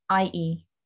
ie